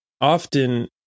Often